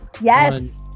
Yes